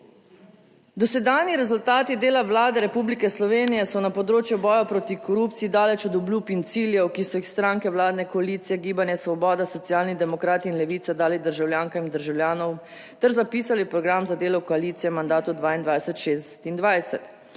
Dosedanji rezultati dela Vlade Republike Slovenije so na področju boja proti korupciji daleč od obljub in ciljev, ki so jih stranke vladne koalicije Gibanje Svoboda, Socialni demokrati in Levica dali državljankam in državljanom, ter zapisali v program za delo koalicije v mandatu 2022-2026,